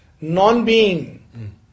non-being